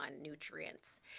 nutrients